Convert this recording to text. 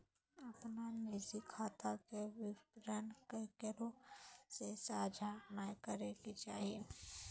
अपन निजी खाता के विवरण केकरो से साझा नय करे के चाही